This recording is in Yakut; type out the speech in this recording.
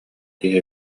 киһи